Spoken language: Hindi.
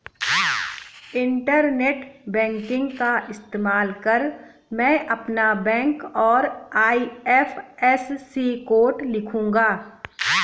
इंटरनेट बैंकिंग का इस्तेमाल कर मैं अपना बैंक और आई.एफ.एस.सी कोड लिखूंगा